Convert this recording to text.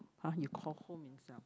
!huh! you call home in Singa~